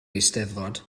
eisteddfod